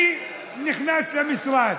אני נכנס למשרד.